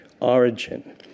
origin